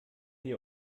ihr